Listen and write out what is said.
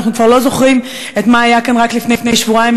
אנחנו כבר לא זוכרים מה היה כאן רק לפני שבועיים,